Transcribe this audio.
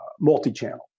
multi-channel